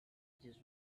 just